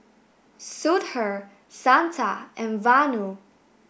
Sudhir Santha and Vanu